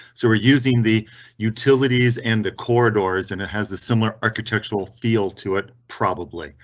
so we're using the utilities and the corridors and it has a similar architectural feel to it, probably,